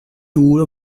tour